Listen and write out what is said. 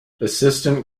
assistant